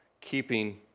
keeping